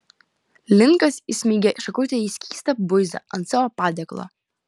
linkas įsmeigė šakutę į skystą buizą ant savo padėklo